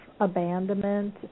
abandonment